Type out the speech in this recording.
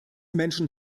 menschen